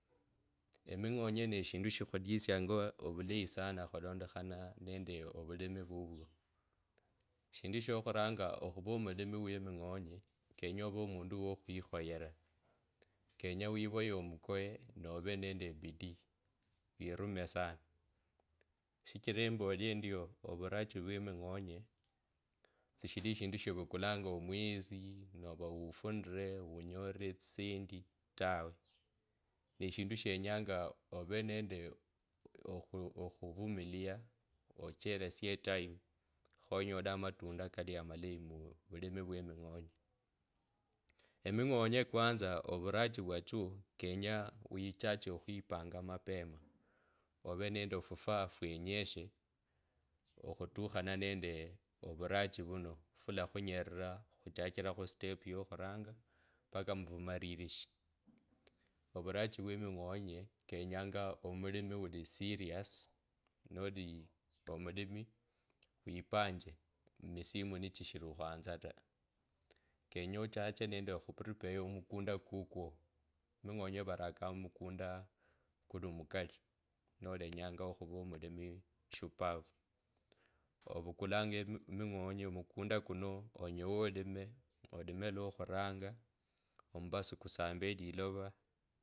Emingonye neshindu shikhulisianga ovulaye sana khulondakhana nende ovulimi vuvyo. Shindu shokhuranga okhura omulimi wemingonye kenye ave omundu wo okhwikhoyera kenya wiroye omukoye ne ove nende bidii wirume sana. Sichila embole endio. ovurachi vye mingonye sishilieshindu shivukulanga omwesi nova ufunile unyore etsisendi tawe. Ne shindu shenyang ove ne oo khuvumiliya ochelesie elime khonyole amatunda kali amalayi mu vulimi uye mingonye. Emingonye kwama ovurachi vya tsyo vyenya wichache khupangonga mapema. Ove nende afufua fwenyeshe okhutukhana nende ovuraji vuno fulakhunyerira khuchachila mustepu yo khuranga paka muvumalilishi. Ovurachi vye mingene iyenyanga omulimi ulisirious. Noli omulimi wipanje emisimu nichishili okhwanza ta. Kenye ochache nende okhu prepare omukunda kukwo, minyonye varakanga mumukunda kuli omukali, nolenya khuvaa omulimi shupavu. Ovukulanga emingonye omukunda kuno olime olime lwo kuranga ambasu kusambe elilova.